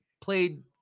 played